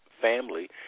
family